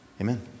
amen